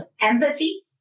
empathy